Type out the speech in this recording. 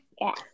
Yes